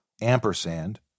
ampersand